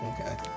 Okay